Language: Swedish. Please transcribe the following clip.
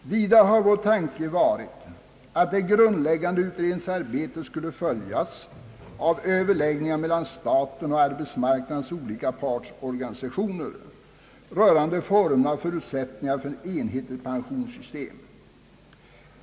Vidare har vår tanke varit att det grundläggande utredningsarbetet skulle följas av överläggningar mellan staten och arbetsmarknadens olika partsorganisationer rörande formerna och förutsättningarna för ett enhetligt pensionssystem.